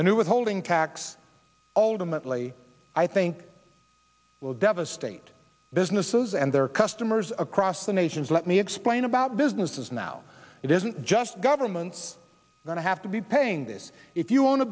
the new withholding tax ultimately i think will devastate businesses and their customers across the nation's let me explain about businesses now it isn't just government's going to have to be paying this if you own a